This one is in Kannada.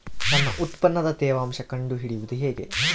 ನನ್ನ ಉತ್ಪನ್ನದ ತೇವಾಂಶ ಕಂಡು ಹಿಡಿಯುವುದು ಹೇಗೆ?